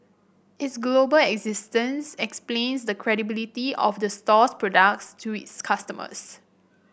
its global existence explains the credibility of the store's products to its customers